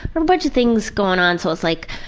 but a bunch of things going on so its like